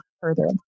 further